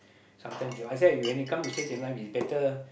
sometime you know I said when you said come to stage in life is better